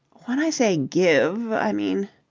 when i say give, i mean.